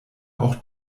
auch